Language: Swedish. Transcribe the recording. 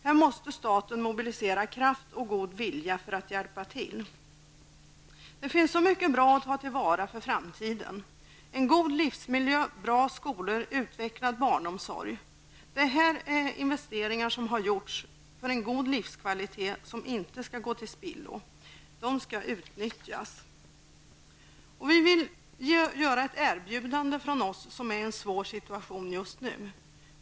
Här måste staten mobilisera kraft och god vilja för att hjälpa till. Det finns så mycket bra att ta till vara för framtiden. En god livsmiljö, bra skolor, utvecklad barnomsorg är investeringar som gjorts för en god livskvalitet som inte skall gå till spillo. De skall utnyttjas! Se det som ett erbjudande från oss som är i en svår situation just nu.